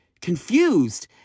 confused